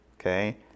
okay